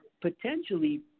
potentially